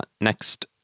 next